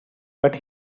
but